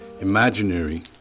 imaginary